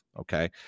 Okay